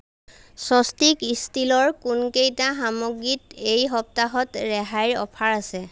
স্বস্তিক ষ্টিলৰ কোনকেইটা সামগ্ৰীত এই সপ্তাহত ৰেহাইৰ অফাৰ আছে